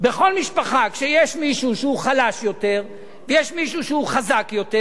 בכל משפחה כשיש מישהו שהוא חלש יותר ויש מישהו שהוא חזק יותר,